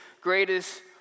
greatest